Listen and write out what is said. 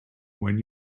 when